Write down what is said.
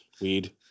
Weed